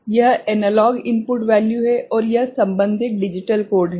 तो यह analog input value है और यह संबन्धित डिजिटल कोड है